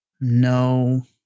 No